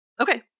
Okay